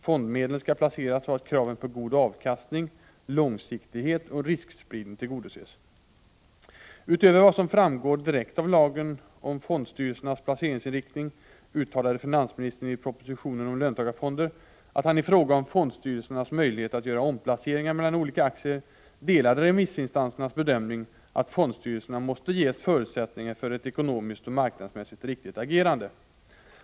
Fondmedlen skall placeras så, att kraven på god avkastning, långsiktighet och riskspridning tillgodoses. Utöver vad som framgår direkt av lagen om fondstyrelsernas placeringsinriktning uttalade finansministern i propositionen om löntagarfonder att han i fråga om fondstyrelsernas möjligheter att göra omplaceringar mellan olika aktier delade remissinstansernas bedömning, att fondstyrelserna måste ges förutsättningar för ett ekonomiskt och marknadsmässigt riktigt agerande.